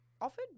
offered